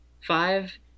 Five